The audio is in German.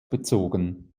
bezogen